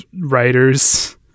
writers